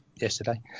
yesterday